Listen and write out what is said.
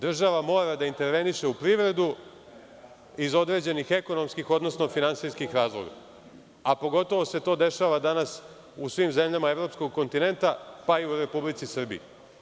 Država mora da interveniše u privredu iz određenih ekonomskih odnosno finansijskih razloga, a pogotovo se to dešava danas u svim zemljama evropskog kontinenta, pa i u Republici Srbiji.